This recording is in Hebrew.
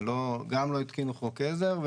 גם לא התקינו חוק עזר.